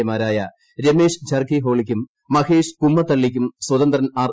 എമാരായ രമേഷ് ജർക്കിഹോളിക്കും മഹേഷ് കുമ്മത്തള്ളിക്കും സ്വതന്ത്രൻ ആർ